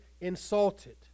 insulted